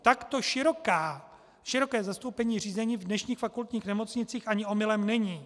Takto široké zastoupení řízení v dnešních fakultních nemocnicích ani omylem není.